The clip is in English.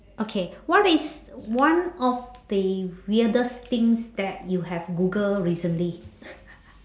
okay what is one of the weirdest things that you have google recently